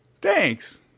Thanks